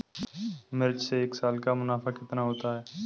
मिर्च से एक साल का मुनाफा कितना होता है?